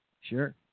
Sure